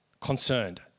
concerned